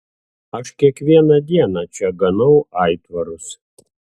aš kiekvieną dieną čia ganau aitvarus